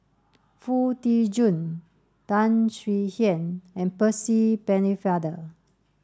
Foo Tee Jun Tan Swie Hian and Percy Pennefather